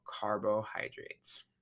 carbohydrates